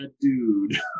dude